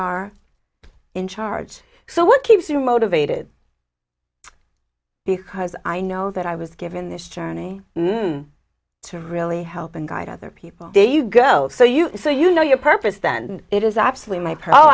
are in charge so what keeps you motivated because i know that i was given this journey to really help and guide other people do you go so you so you know your purpose then it is absolutely my pro